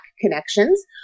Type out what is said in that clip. connections